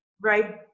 Right